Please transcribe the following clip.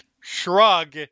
shrug